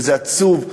וזה עצוב,